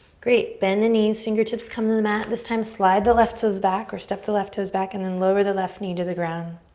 great, bend the knees. fingertips come to the mat. this time slide the left toes back or step the left toes back and then lower the left knee to the ground.